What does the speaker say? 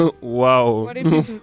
Wow